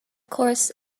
course